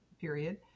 period